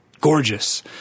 Gorgeous